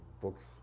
books